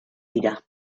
dira